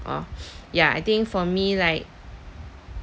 oh ya I think for me like